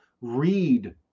read